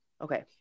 Okay